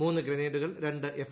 മൂന്ന് ഗ്രനേഡുകൾ രണ്ട് എഫ്